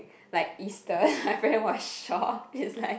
like Eastern my friend was shocked he's like